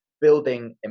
building